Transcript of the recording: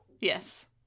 yes